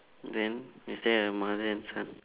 then is there a mother and son